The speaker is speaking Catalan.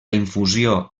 infusió